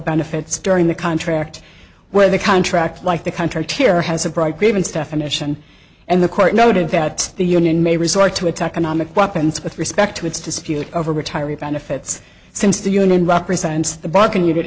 benefits during the contract where the contract like the country to here has a broad grievance definition and the court noted that the union may resort to attack anomic weapons with respect to its dispute over retiree benefits since the union represents the bargain you